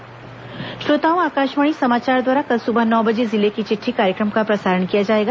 जिले की चिटठी श्रोताओं आकाशवाणी समाचार द्वारा कल सुबह नौ बजे जिले की चिट्ठी कार्यक्रम का प्रसारण किया जाएगा